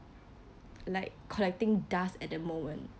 like collecting dust at the moment